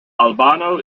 albano